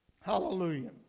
Hallelujah